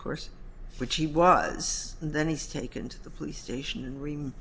course which he was and then he's taken to the police station and re